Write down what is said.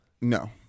No